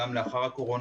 גם לאחר הקורונה,